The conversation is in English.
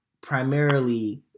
primarily